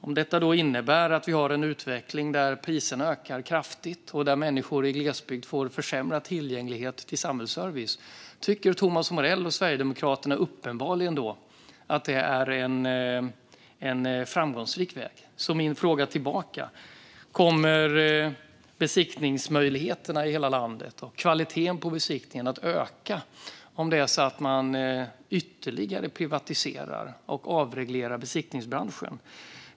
Om detta innebär en utveckling där priserna ökar kraftigt och människor i glesbygd får försämrad tillgänglighet till samhällsservice tycker Thomas Morell och Sverigedemokraterna uppenbarligen att det är en framgångsrik väg. Kommer besiktningsmöjligheterna i hela landet och kvaliteten på besiktningarna att öka om man ytterligare privatiserar och avreglerar besiktningsbranschen?